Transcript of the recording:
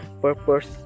purpose